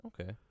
Okay